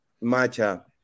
Macha